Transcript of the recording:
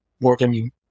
working